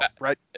right